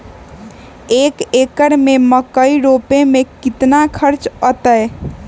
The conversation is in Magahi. एक एकर में मकई रोपे में कितना खर्च अतै?